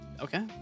Okay